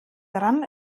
dran